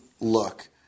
look